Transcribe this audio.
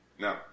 Now